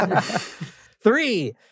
Three